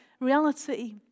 reality